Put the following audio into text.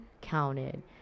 counted